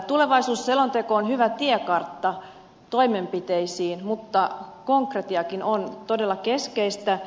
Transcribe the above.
tulevaisuusselonteko on hyvä tiekartta toimenpiteisiin mutta konkretiakin on todella keskeistä